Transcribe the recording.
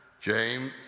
James